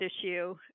issue